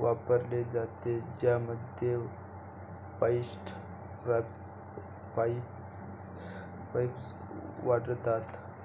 वापरले जाते, ज्यामध्ये पाईप्स वापरतात